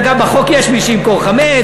אגב, בחוק יש מי שימכור חמץ.